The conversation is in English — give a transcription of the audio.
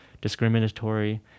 discriminatory